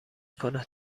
کند